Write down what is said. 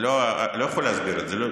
אני לא יכול להסביר את זה.